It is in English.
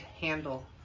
handle